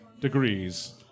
degrees